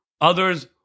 Others